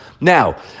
Now